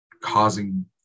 causing